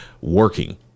working